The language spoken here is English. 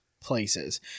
places